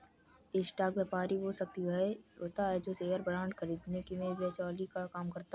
stock व्यापारी वो व्यक्ति होता है जो शेयर बांड आदि खरीदने में बिचौलिए का काम करता है